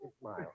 smile